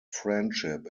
friendship